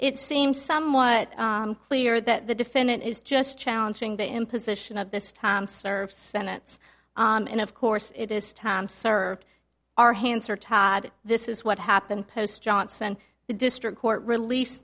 it seems somewhat clear that the defendant is just challenging the imposition of this time serve sentence and of course it is time served our hands are tied this is what happened post johnson the district court released